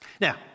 Now